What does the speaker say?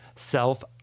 self